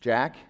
Jack